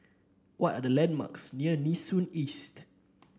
what are the landmarks near Nee Soon East